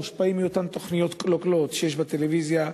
מושפעים מאותן תוכניות קלוקלות שיש בטלוויזיה,